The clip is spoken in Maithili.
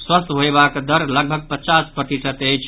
स्वस्थ होयबाक दर लगभग पचास प्रतिशत अछि